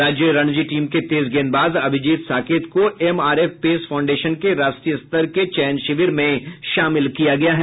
राज्य रणजी टीम के तेज गेंदबाज अभिजीत साकेत को एमआरएफ पेस फाउंडेशन के राष्ट्रीय स्तर के चयन शिविर में शामिल किया गया है